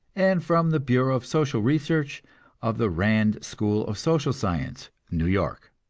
and from the bureau of social research of the rand school of social science, new york.